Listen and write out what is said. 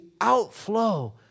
outflow